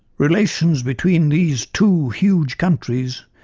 relations between these two huge countries,